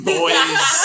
boys